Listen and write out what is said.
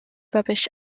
rubbish